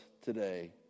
today